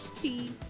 Tea